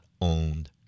owned